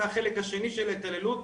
זה החלש השני של ההתעללות,